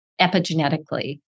epigenetically